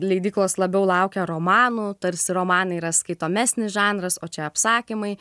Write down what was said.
leidyklos labiau laukia romanų tarsi romanai yra skaitomesnis žanras o čia apsakymai